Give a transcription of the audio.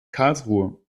karlsruhe